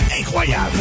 incroyable